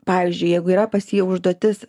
pavyzdžiui jeigu yra pas jį užduotis